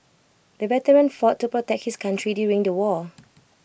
the veteran fought to protect his country during the war